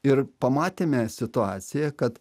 ir pamatėme situaciją kad